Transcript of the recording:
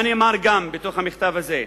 מה נאמר במכתב הזה?